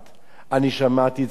אני שמעתי את זה מעשרות קבלנים.